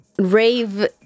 rave